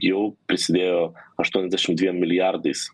jau prisidėjo aštuoniasdešim dviem milijardais